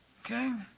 okay